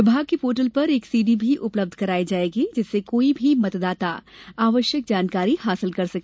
विभाग की पोर्टल पर एक सीडी भी उपलब्ध कराई जायेगी जिससे कोई भी मतदाता आवश्यक जानकारी हासिल कर सके